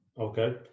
Okay